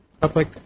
public